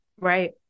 Right